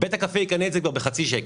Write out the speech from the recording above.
בית הקפה יגלם את זה בחצי שקל.